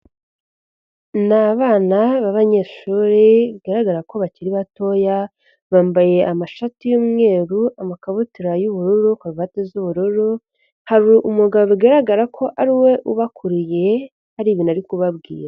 Ni abana b'abanyeshuri bigaragara ko bakiri batoya, bambaye amashati y'umweru, amakabutura y'ubururu, karuvati z'ubururu, hari umugabo bigaragara ko ariwe ubakuriye, hari ibintu ari kubabwira.